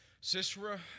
Sisera